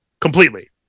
completely